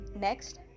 next